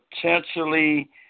potentially